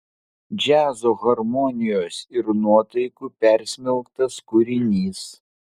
džiazo harmonijos ir nuotaikų persmelktas kūrinys